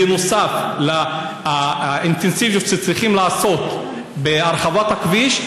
בנוסף לאינטנסיביות שבה אתם צריכים לעסוק בהרחבת הכביש,